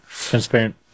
Transparent